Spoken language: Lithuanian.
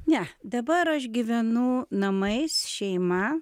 ne dabar aš gyvenu namais šeima